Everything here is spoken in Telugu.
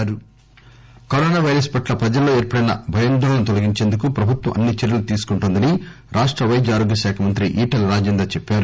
ఈటెల కరోనా వైరస్ పట్ల ప్రజల్లో ఏర్పడిన భయాందోళనలు తొలగించేందుకు ప్రభుత్వం అన్ని చర్యలూ తీసుకొంటోందని రాష్ట వైద్య ఆరోగ్య శాఖా మంత్రి ఈటెల రాజేందర్ చెప్పారు